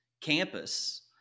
campus